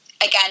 again